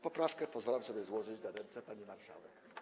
Poprawkę pozwalam sobie złożyć na ręce pani marszałek.